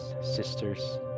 sisters